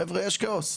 חבר'ה, יש כאוס,